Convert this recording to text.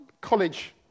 college